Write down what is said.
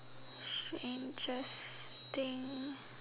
strangest thing